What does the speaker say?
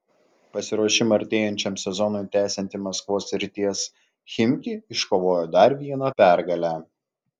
pasiruošimą artėjančiam sezonui tęsianti maskvos srities chimki iškovojo dar vieną pergalę